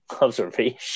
observation